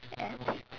and